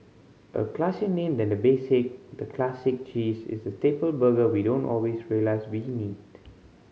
a classier name than the basic the Classic Cheese is the staple burger we don't always realise we need